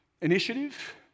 Initiative